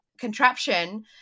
contraption